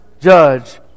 judge